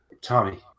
Tommy